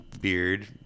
beard